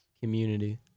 community